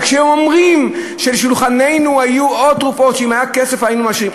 וכשהם אומרים: על שולחננו היו עוד תרופות שאם היה כסף היינו מאשרים,